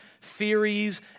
theories